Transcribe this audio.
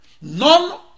none